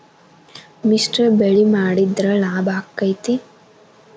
ಮಿಶ್ರ ಬೆಳಿ ಮಾಡಿದ್ರ ಲಾಭ ಆಕ್ಕೆತಿ?